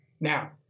Now